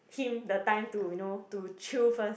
him the time to you know to chill first